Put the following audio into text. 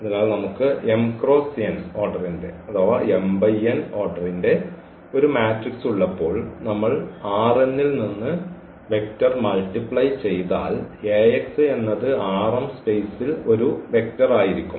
അതിനാൽ നമുക്ക് m cross n ഓർഡറിന്റെ ഒരു മാട്രിക്സ് ഉള്ളപ്പോൾ നമ്മൾ ൽ നിന്ന് വെക്റ്റർ മൾട്ടിപ്ലൈ ചെയ്താൽ എന്നത് സ്പെയ്സിൽ ഒരു വെക്റ്റർ ആയിരിക്കും